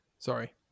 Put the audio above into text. Sorry